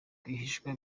rwihishwa